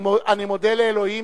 אני מודה לאלוהים